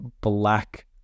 black